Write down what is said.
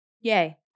Yay